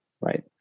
right